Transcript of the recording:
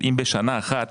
אם בשנה אחת